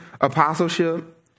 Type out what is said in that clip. apostleship